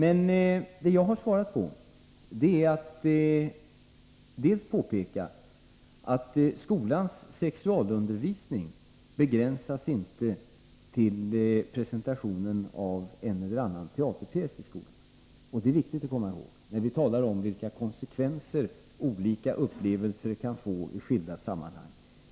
Vad jag har påpekat i mitt svar är emellertid att skolans sexualundervisning inte begränsas till presentationen av en eller annan teaterpjäs i skolan. Det är viktigt att komma ihåg detta när vi talar om vilka konsekvenser olika upplevelser kan få i skilda sammanhang.